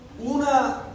una